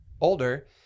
older